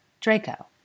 Draco